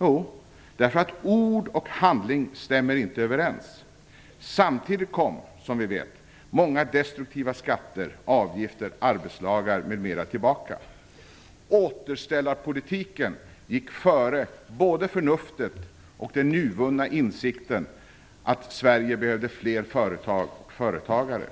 Jo, därför att ord och handling inte stämmer överens. Samtidigt kom, som vi vet, många destruktiva skatter, avgifter, arbetslagar m.m. Återställarpolitiken gick före både förnuftet och den nyvunna insikten att Sverige behövde fler företag och företagare.